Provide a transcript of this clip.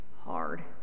hard